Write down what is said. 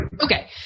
Okay